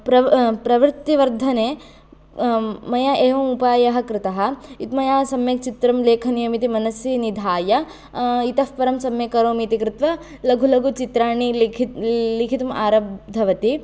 प्रवृ प्रवृत्तिवर्धने मया एवम् उपायः कृतः मया सम्यक् चित्रं लेखनीयमिति मनसि निधाय इतः परं सम्यक्करोमि इति कृत्वा लघुचित्राणि लिखि लेखितुमारब्धवती